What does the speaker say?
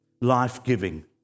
life-giving